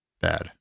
Bad